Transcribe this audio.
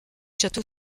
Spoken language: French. château